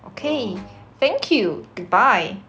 okay thank you goodbye